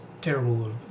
terrible